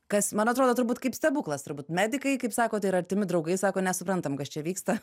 kas man atrodo turbūt kaip stebuklas turbūt medikai kaip sakote yra artimi draugai sako nesuprantam kas čia vyksta